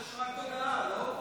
יש רק הודעה, לא,